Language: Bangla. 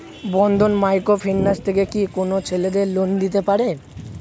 বন্ধন মাইক্রো ফিন্যান্স থেকে কি কোন ছেলেদের লোন দিতে পারে?